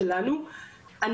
כלומר אין ניכוי אוטומטי,